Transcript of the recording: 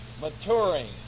maturing